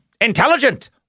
intelligent